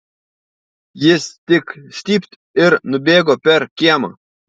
jis tik stypt ir nubėgo per kiemą